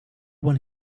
when